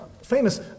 famous